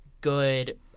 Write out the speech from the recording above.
good